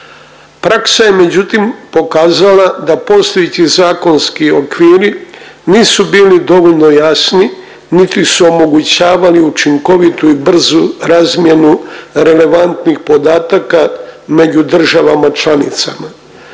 Praksa je međutim pokazala da postojeći zakonski okviri nisu bili dovoljno jasni niti su omogućavali učinkovitu i brzu razmjenu relevantnih podataka među državama članicama.